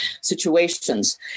situations